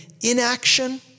inaction